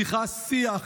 צריכה שיח,